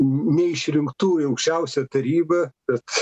n neišrinktų į aukščiausiąją tarybą bet